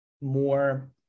more